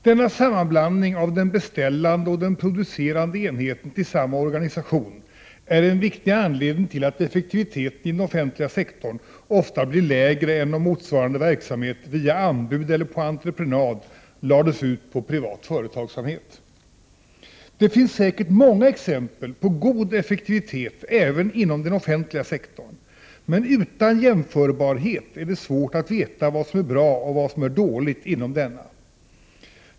Denna sammanblandning av den beställande och den producerande enheten till samma organisation är en viktig anledning till att effektiviteteniden offentliga sektorn ofta blir lägre än om motsvarande verksamhet via anbud eller på entreprenad lades ut på privat företagsamhet. Det finns säkert många exempel på god effektivitet även inom den offentliga sektorn, men utan jämförbarhet är det svårt att veta vad som är bra och vad som är dåligt inom denna.